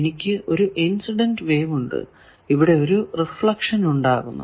എനിക്ക് ഒരു incident wave ഉണ്ട് ഇവിടെ ഒരു റിഫ്ലക്ഷൻ ഉണ്ടാകുന്നു